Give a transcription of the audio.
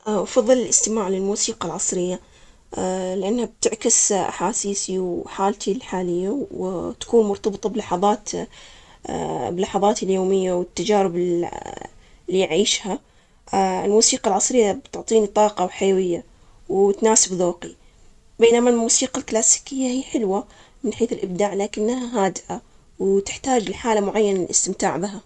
أفضل الإستماع للموسيقى العصرية، لأنها بتعكس أحاسيسي وحالتي الحالية وتكون مرتبطة بلحظات، بلحظاتي اليومية والتجارب اللي يعيشها، الموسيقى العصرية بتعطيني طاقة وحيوية وتناسب ذوقي، بينما الموسيقى الكلاسيكية هي حلوة من حيث الإبداع، لكنها هادئة وتحتاج لحالة معينة للاستمتاع بها.